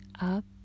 up